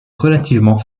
relativement